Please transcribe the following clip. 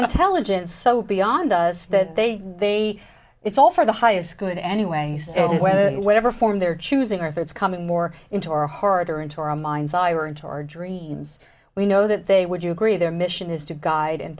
intelligence so beyond us that they they it's all for the highest good anyway so whatever form they're choosing or if it's coming more into our horrid or into our mind's eye were in charge we know that they would you agree their mission is to guide and